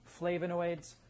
flavonoids